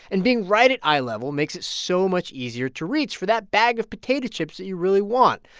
and being right at eye level makes it so much easier to reach for that bag of potato chips that you really want.